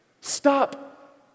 Stop